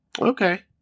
Okay